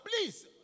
please